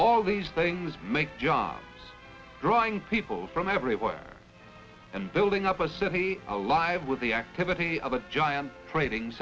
all these things make jobs drawing people from everywhere and building up a city alive with the activity of a giant tradin